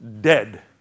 dead